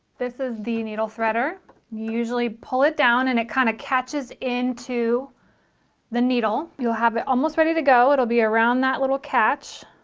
this is the needle threader, you usually pull it down and it kind of catches into the needle you'll have it almost ready to go it'll be around that little catch